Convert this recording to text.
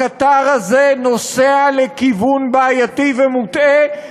הקטר הזה נוסע לכיוון בעייתי ומוטעה,